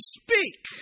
speak